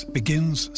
begins